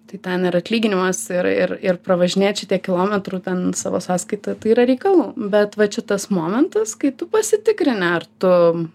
tai ten ir atlyginimas ir ir ir pravažinėt šitiek kilometrų ten savo sąskaita tai yra reikalų bet va čia tas momentas kai tu pasitikrini ar tu